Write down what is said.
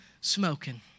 smoking